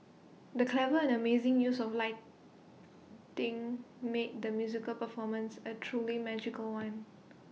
the clever and amazing use of lighting made the musical performance A truly magical one